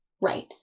right